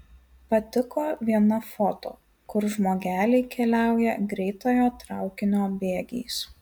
patiko viena foto kur žmogeliai keliauja greitojo traukinio bėgiais